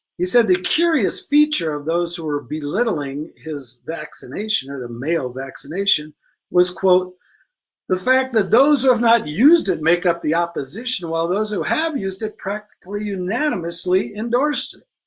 he said the curious feature of those who were belittling his vaccination or the mayo vaccination was, the the fact that those who have not used it make up the opposition while those who have used it practically unanimously endorsed it.